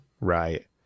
Right